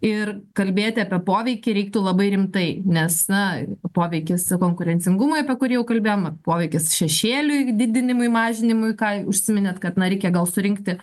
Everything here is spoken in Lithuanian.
ir kalbėti apie poveikį reiktų labai rimtai nes na poveikis konkurencingumui apie kurį jau kalbėjom poveikis šešėliui didinimui mažinimui ką užsiminėt kad na reikia gal surinkti